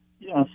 Yes